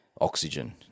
oxygen